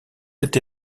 été